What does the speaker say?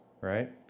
right